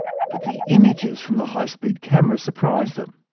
but the images from the high-speed camera surprised them.